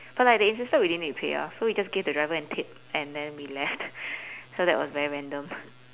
but like they insisted we didn't need to pay ah so we just gave the driver a tip and then we left so that was very random